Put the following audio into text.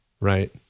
right